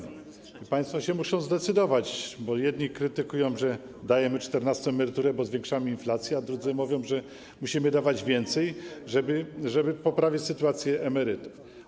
I państwo się muszą na coś zdecydować, bo jedni krytykują, że dajemy czternastą emeryturę, bo zwiększamy inflację, a drudzy mówią, że musimy dawać więcej, żeby poprawić sytuację emerytów.